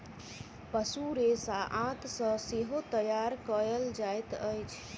पशु रेशा आंत सॅ सेहो तैयार कयल जाइत अछि